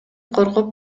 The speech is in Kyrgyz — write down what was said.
коркуп